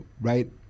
right